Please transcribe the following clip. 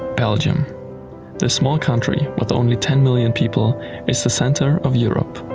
belgium this small country with only ten million people is the center of europe.